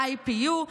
ה-IPU,